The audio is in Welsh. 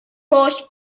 holl